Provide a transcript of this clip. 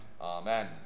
Amen